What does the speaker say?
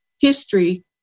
history